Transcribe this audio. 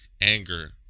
anger